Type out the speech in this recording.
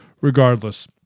regardless